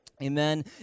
Amen